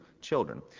children